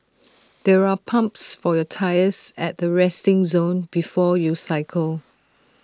there are pumps for your tyres at the resting zone before you cycle